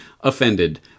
offended